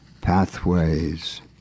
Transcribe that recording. pathways